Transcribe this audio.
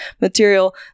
material